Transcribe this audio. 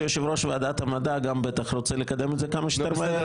שגם יושב-ראש ועדת המדע רוצה לקדם את זה כמה שיותר מהר,